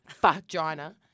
Vagina